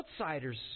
outsiders